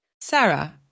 Sarah